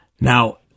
Now